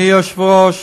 יישר כוח.